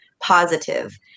positive